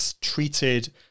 treated